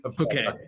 Okay